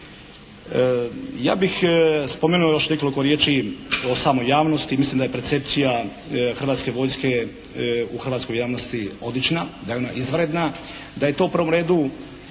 Ja bih spomenuo još nekoliko riječi o samoj javnosti. Mislim da je percepcija hrvatske vojske u hrvatskoj javnosti odlična, da je ona izvanredna, da je to u prvom redu